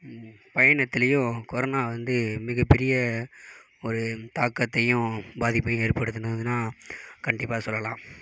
பயணத்துலேயும் corona வந்து மிக பெரிய ஒரு தாக்கத்தையும் பாதிப்பையும் ஏற்படுத்துதுனுதான் கண்டிப்பாக சொல்லலாம்